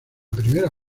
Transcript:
primera